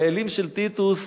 החיילים של טיטוס